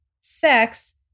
sex